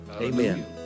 Amen